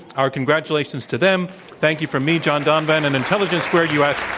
our congratulations to them. thank you from me, john donvan, and intelligence squared u. s.